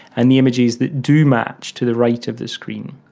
and the images that do much to the right of the screen.